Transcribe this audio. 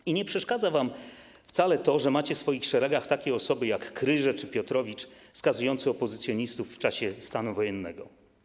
I nie przeszkadza wam wcale to, że macie w swoich szeregach takie osoby jak Kryże czy Piotrowicz skazujący opozycjonistów w czasie stanu wojennego.